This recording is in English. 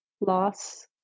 loss